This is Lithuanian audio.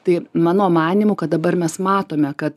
tai mano manymu kad dabar mes matome kad